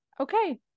okay